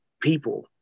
people